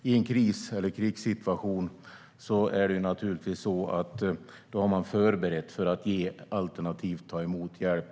I en kris eller krigssituation har man naturligtvis förberett sig för att ge alternativt ta emot hjälp.